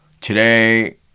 Today